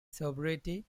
sobriety